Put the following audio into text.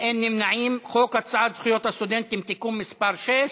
(תיקון מס' 6). ההצעה להעביר את הצעת חוק זכויות הסטודנט (תיקון מס' 6)